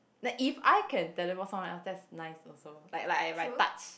like if I can teleport someone else that's nice also like like if I touch